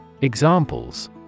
Examples